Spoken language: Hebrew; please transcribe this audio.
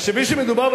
תחשבי שמדובר עכשיו,